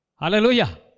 Hallelujah